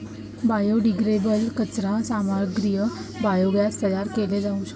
biodegradable कचरा सामग्रीसह biogas तयार केले जाऊ शकते